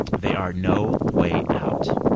they are no way out.